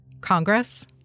Congress